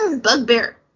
Bugbear